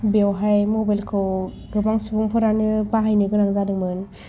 बेवहाय मबाइल खौ गोबां सुबुंफोरानो बाहायनो गोनां जादोंमोन